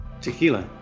Tequila